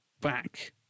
back